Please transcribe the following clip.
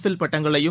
bill பட்டங்களையும்